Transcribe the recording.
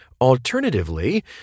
Alternatively